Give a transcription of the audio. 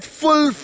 full